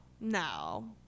no